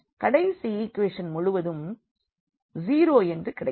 கடைசி ஈக்குவேஷன் முழுவதும் 0 என்று கிடைக்கிறது